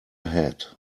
had